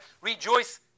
rejoice